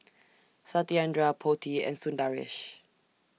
Satyendra Potti and Sundaresh